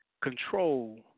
control